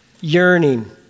yearning